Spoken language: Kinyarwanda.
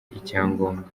icyangombwa